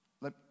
Let